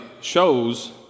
shows